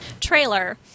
trailer